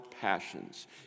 passions